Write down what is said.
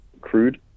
crude